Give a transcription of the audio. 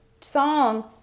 song